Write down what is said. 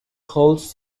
holds